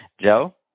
Joe